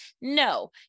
No